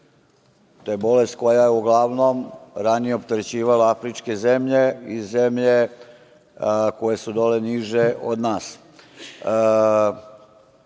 To je bolest koja je uglavnom ranije opterećivala afričke zemlje i zemlje koje su dole niže od nas.